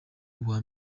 ubwa